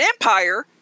empire